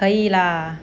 可以 lah